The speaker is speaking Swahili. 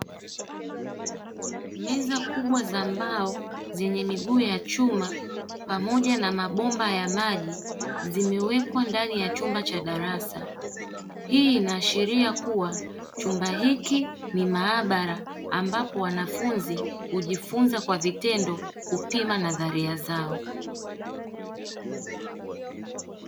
Meza kubwa za mbao zenye miguu ya chuma pamoja na mabomba ya maji zimewekwa ndani ya chumba cha darasa. Hii inaashiria kuwa chumba hiki ni maabara ambapo wanafunzi hujifunza kwa vitendo kupima nadharia zao.